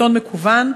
עיתון מקוון.